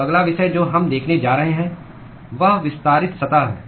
तो अगला विषय जो हम देखने जा रहे हैं वह विस्तारित सतह है